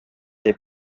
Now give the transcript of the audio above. des